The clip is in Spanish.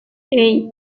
hey